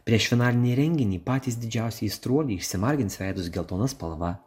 prieš finalinį renginį patys didžiausi aistruoliai išsimargins veidus geltona spalva